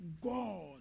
God